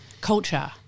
culture